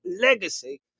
Legacy